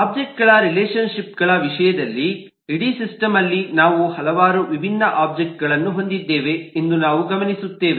ಒಬ್ಜೆಕ್ಟ್ಗಳ ರಿಲೇಶನ್ ಶಿಪ್ಗಳ ವಿಷಯದಲ್ಲಿ ಇಡೀ ಸಿಸ್ಟಮ್ ಅಲ್ಲಿ ನಾವು ಹಲವಾರು ವಿಭಿನ್ನ ಒಬ್ಜೆಕ್ಟ್ಗಳನ್ನು ಹೊಂದಿದ್ದೇವೆ ಎಂದು ನಾವು ಗಮನಿಸುತ್ತೇವೆ